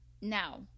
Now